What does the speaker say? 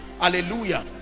Hallelujah